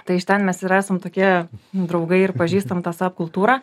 tai iš ten mes ir esam tokie draugai ir pažįstam tą sap kultūrą